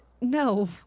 No